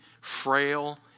frail